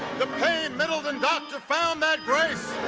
depayne middleton doctor found that grace.